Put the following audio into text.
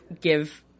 give